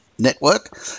Network